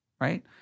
right